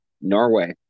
Norway